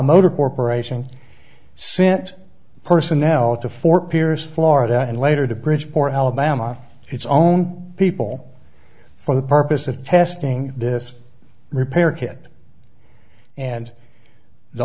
motor corporation sent personnel to fort pierce florida and later to bridgeport alabama its own people for the purpose of testing this repair kit and the